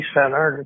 Center